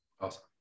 Awesome